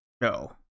No